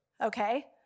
okay